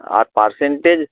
আর percentage